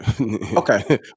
Okay